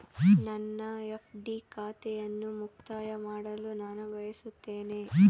ನನ್ನ ಎಫ್.ಡಿ ಖಾತೆಯನ್ನು ಮುಕ್ತಾಯ ಮಾಡಲು ನಾನು ಬಯಸುತ್ತೇನೆ